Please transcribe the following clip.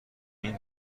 این